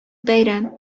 бәйрәм